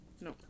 No